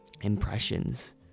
impressions